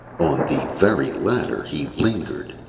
on the very ladder he lingered,